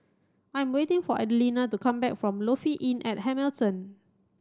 I am waiting for Adelina to come back from Lofi Inn at Hamilton